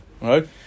right